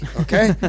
Okay